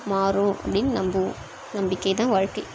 மாறும் அப்படின்னு நம்புவோம் நம்பிக்கை தான் வாழ்க்கை